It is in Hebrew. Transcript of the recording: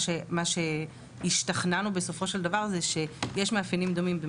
מה שהשתכנענו בסופו של דבר זה שיש מאפיינים דומים גם